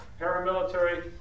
paramilitary